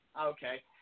okay